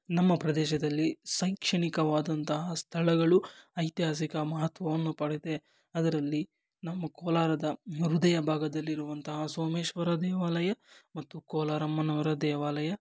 ನಮ್ಮ ಪ್ರದೇಶದಲ್ಲಿ ಶೈಕ್ಷಣಿಕವಾದಂತಹ ಸ್ಥಳಗಳು ಐತಿಹಾಸಿಕ ಮಹತ್ವವನ್ನು ಪಡೆದಿದೆ ಅದರಲ್ಲಿ ನಮ್ಮ ಕೋಲಾರದ ಹೃದಯ ಭಾಗದಲ್ಲಿರುವಂತಹ ಸೋಮೇಶ್ವರ ದೇವಾಲಯ ಮತ್ತು ಕೋಲಾರಮ್ಮನವರ ದೇವಾಲಯ